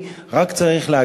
לא צריך לריב עם הבית היהודי,